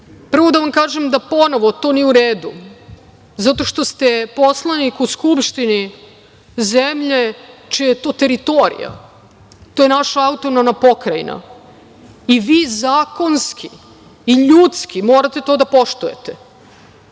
prvo da vam kažem, ponovo, da to nije u redu zato što ste poslanik u Skupštini zemlje čija je to teritorija, to je naša autonomna pokrajina i vi zakonski i ljudski morate to da poštujete.